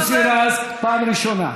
מוסי רז, פעם ראשונה.